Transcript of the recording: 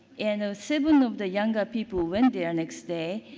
and seven of the younger people went there next day.